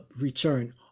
return